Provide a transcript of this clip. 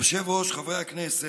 אדוני היושב-ראש, חברי הכנסת,